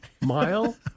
mile